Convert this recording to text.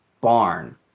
barn